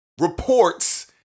reports